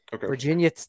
Virginia